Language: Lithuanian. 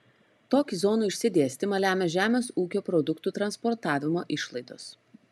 tokį zonų išsidėstymą lemia žemės ūkio produktų transportavimo išlaidos